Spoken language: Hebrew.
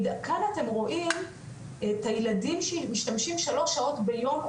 כאן אתם רואים את הילדים שמשתמשים שלוש שעות ביום,